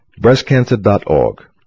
Breastcancer.org